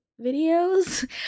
Videos